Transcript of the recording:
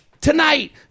tonight